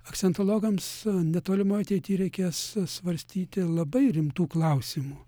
akcentologams netolimoj ateity reikės svarstyti labai rimtų klausimų